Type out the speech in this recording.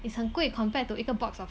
it's 很贵 compared to 一个 box of